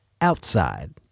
outside